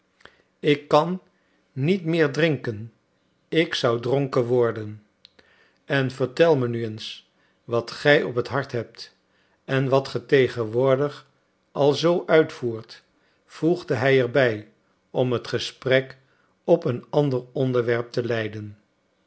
ik kan niet meer drinken ik zou dronken worden en vertel me nu eens wat gij op t hart hebt en wat ge tegenwoordig al zoo uitvoert voegde hij er bij om het gesprek op een ander onderwerp te leiden